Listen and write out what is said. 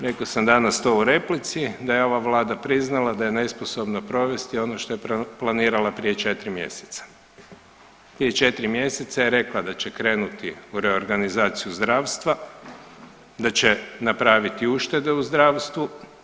Rekao sam danas to u replici, da je ova Vlada priznala da je nesposobna provesti ono što je planirala prije 4 mjeseca, prije 4 mjeseca je rekla da će krenuti u reorganizaciju zdravstva, da će napraviti uštede u zdravstvu.